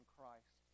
Christ